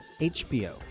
HBO